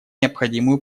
необходимую